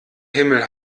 himmel